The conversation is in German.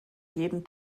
jeden